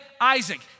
Isaac